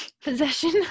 possession